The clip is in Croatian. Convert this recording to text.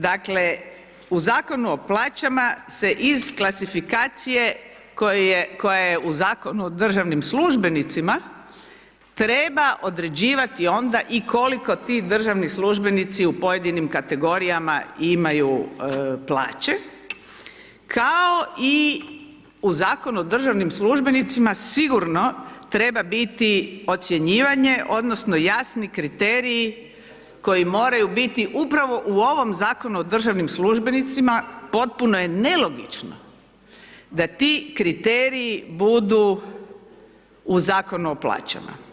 Dakle, u Zakonu o plaćama se iz klasifikacije, koja je u Zakonu o državnim službenicima, treba određivati onda koliko ti državni službenici u pojedinim kategorijama imaju plaće kao i u Zakonu o državnim službenicima, sigurno treba biti ocjenjivanje, odnosno, jasni kriteriji, koji moraju biti upravo u ovom Zakonu o državnim službenicima, potpuno je nelogično da ti kriteriji budu u Zakonu o plaćama.